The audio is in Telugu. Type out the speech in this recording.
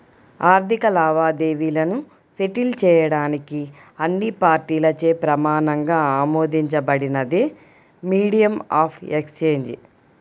ఆర్థిక లావాదేవీలను సెటిల్ చేయడానికి అన్ని పార్టీలచే ప్రమాణంగా ఆమోదించబడినదే మీడియం ఆఫ్ ఎక్సేంజ్